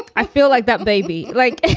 i feel like that baby like.